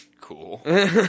Cool